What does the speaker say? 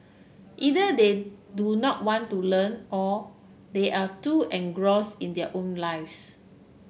either they do not want to learn or they are too engross in their own lives